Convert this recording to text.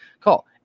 Call